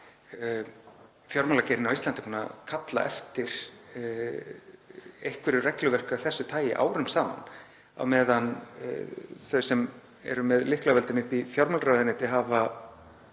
að fjármálageirinn á Íslandi hefur kallað eftir einhverju regluverki af þessu tagi árum saman á meðan þau sem eru með lyklavöldin uppi í fjármálaráðuneyti hafa